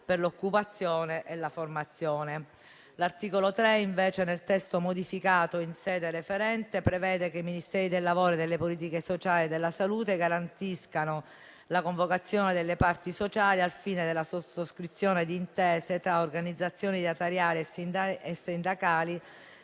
per occupazione e formazione. L'articolo 3, nel testo modificato in sede referente, prevede che i Ministeri del lavoro e delle politiche sociali e della salute garantiscano la convocazione delle parti sociali, al fine della sottoscrizione di intese tra organizzazioni datoriali e sindacali